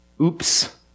Oops